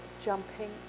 jumping